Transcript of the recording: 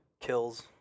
kills